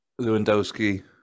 Lewandowski